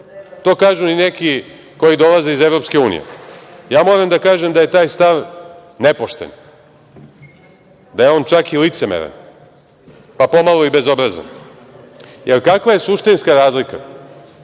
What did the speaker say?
To kažu i neki koji dolaze iz EU. Moram da kažem da je taj stav nepošten, da je on čak i licemeran, pa pomalo i bezobrazan, jer kakva je suštinska razlika?